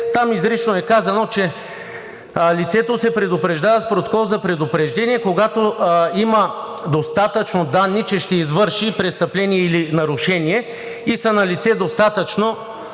Там изрично е казано, че лицето се предупреждава с протокол за предупреждение, когато има достатъчно данни, че ще извърши престъпление или нарушение и са налице достатъчно